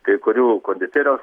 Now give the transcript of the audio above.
kai kurių konditerijos